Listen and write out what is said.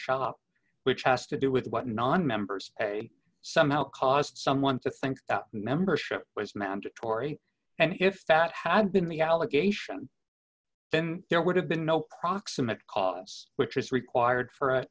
shop which has to do with what nonmembers a somehow cost someone to think membership was mandatory and if that had been the allegation then there would have been no proximate cause which is required for